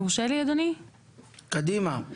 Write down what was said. קדימה.